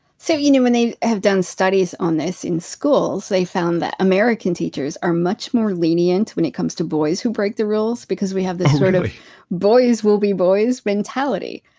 so you know when they have done studies on this in schools, they found that american teachers are much more lenient when it comes to boys who break the rules because we have this sort of boys will be boys mentality.